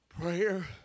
Prayer